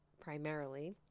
primarily